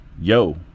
yo